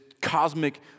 cosmic